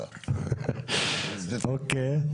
אוקיי.